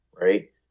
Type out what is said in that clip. right